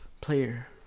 player